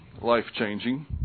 life-changing